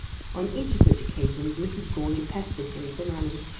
on each of which occasions mrs. goarly pestered him for money,